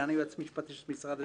סגן היועץ המשפטי של משרד הרווחה.